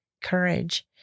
courage